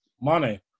Mane